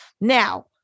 Now